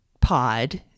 pod